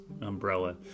umbrella